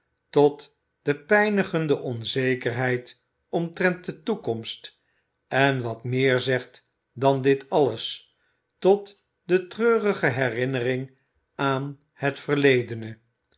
tot de pijnigende onzekerheid omtrent de toekomst en wat meer zegt dan dit alles tot de treurige herinnering aan het verledene